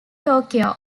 tokyo